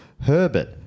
Herbert